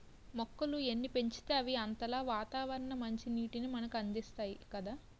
మొక్కలు ఎన్ని పెంచితే అవి అంతలా వాతావరణ మంచినీటిని మనకు అందిస్తాయి కదా